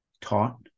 taught